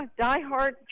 diehard